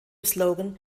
slogan